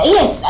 Yes